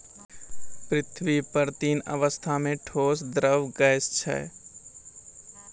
पृथ्वी पर तीन अवस्था म ठोस, द्रव्य, गैस छै